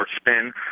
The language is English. spin